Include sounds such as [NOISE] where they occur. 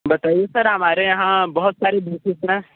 बताइए सर हमारे यहाँ बहुत सारी [UNINTELLIGIBLE] हैं